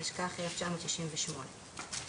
התשכ"ח-1968".